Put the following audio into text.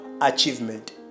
achievement